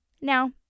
Now